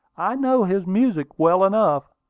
i know his music well enough.